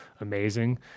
amazing